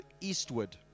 eastward